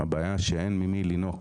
הבעיה שאין ממי לינוק,